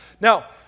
Now